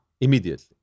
immediately